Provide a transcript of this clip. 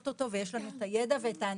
אותו יש לנו את הידע ואת האנשים.